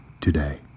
Today